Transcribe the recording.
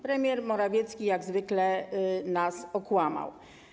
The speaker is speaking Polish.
Premier Morawiecki jak zwykle nas okłamał.